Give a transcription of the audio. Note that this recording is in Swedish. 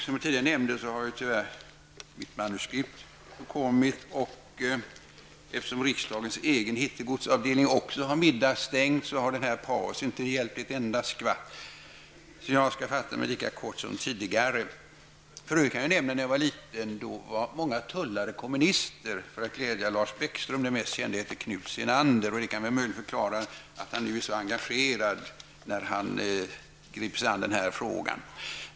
Som jag tidigare nämnde har tyvärr mitt manuskript förkommit, och eftersom riksdagens egen hittegodsavdelning också har middagsstängt har den här pausen inte hjälpt ett enda skvatt. Jag skall därför fatta mig lika kort som tidigare. För att glädja Lars Bäckström kan jag för övrigt nämna, att när jag var liten var många tullare kommunister, och den mest kände hette Knut Senander. Detta kan möjligen förklara att Lars Bäckström nu är så engagerad när han griper sig an den här frågan.